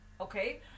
okay